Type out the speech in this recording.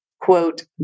quote